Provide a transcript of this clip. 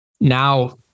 Now